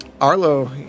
Arlo